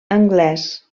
anglès